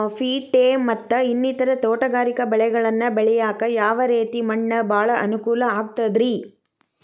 Coffee, tea, ಮತ್ತ ಇನ್ನಿತರ ತೋಟಗಾರಿಕಾ ಬೆಳೆಗಳನ್ನ ಬೆಳೆಯಾಕ ಯಾವ ರೇತಿ ಮಣ್ಣ ಭಾಳ ಅನುಕೂಲ ಆಕ್ತದ್ರಿ?